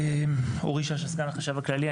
אורי שאשא, סגן החשב הכללי.